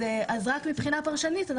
מבחינה פרשנית,